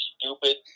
stupid